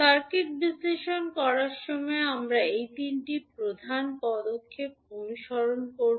circuit বিশ্লেষণ করার সময় আমরা এই তিনটি প্রধান পদক্ষেপ অনুসরণ করব